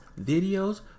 videos